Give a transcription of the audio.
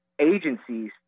agencies